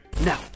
now